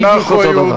זה בדיוק אותו דבר.